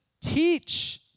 teach